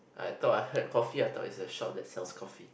I thought I heard coffee I thought it's a shop that sells coffee